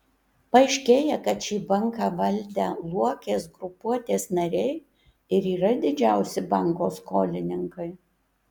paaiškėja kad šį banką valdę luokės grupuotės nariai ir yra didžiausi banko skolininkai